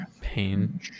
Pain